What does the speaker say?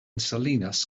salinas